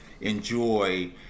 enjoy